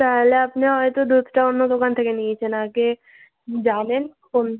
তাহলে আপনি হয়তো দুধটা অন্য দোকান থেকে নিয়েছেন আগে জানুন কোন